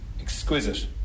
Exquisite